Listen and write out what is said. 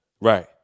Right